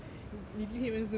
你第一天认识我 meh